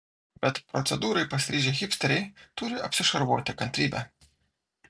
bet procedūrai pasiryžę hipsteriai turi apsišarvuoti kantrybe